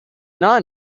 not